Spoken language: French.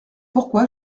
pourquoi